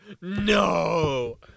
No